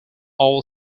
all